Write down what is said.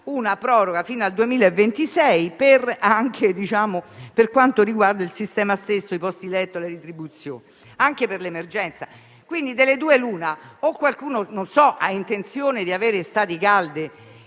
una proroga fino al 2026 per quanto riguarda i posti letto e le retribuzioni anche per l'emergenza. Quindi, delle due l'una: o qualcuno ha intenzione di vivere estati calde